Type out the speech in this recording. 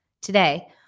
Today